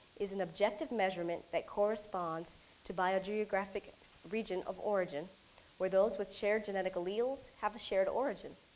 is an objective measurement that corresponds to biogeographic region of origin where those with shared genetic alleles have a shared origin.